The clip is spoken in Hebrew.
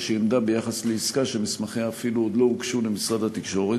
כלשהי ביחס לעסקה שמסמכיה אפילו עוד לא הוגשו למשרד התקשורת,